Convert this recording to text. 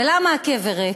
ולמה הקבר ריק,